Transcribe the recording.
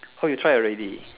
oh you tried already